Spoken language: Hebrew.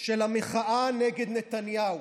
של המחאה נגד נתניהו,